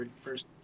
first